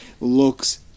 looks